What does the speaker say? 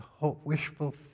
wishful